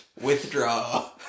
Withdraw